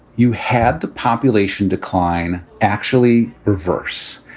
you had the population decline actually reverse.